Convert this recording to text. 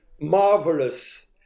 marvelous